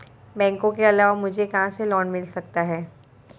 बैंकों के अलावा मुझे कहां से लोंन मिल सकता है?